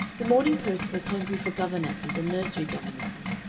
the morning post was hungry for governesses and nursery governesses,